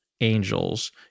angels